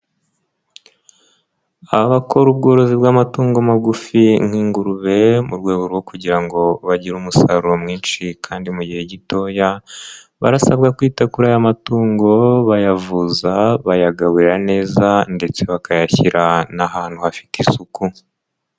Abakora ubworozi bw'amatungo magufi nk'ingurube mu rwego rwo kugira ngo bagire umusaruro mwinshi kandi mu gihe gitoya, barasabwa kwita kuri aya matungo bayavuza, bayagaburira neza ndetse bakayashyira n'ahantu hafite isuku.